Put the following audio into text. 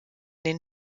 den